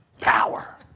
Power